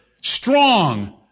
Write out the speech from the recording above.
strong